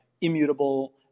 immutable